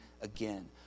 again